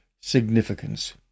significance